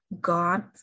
God